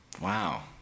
Wow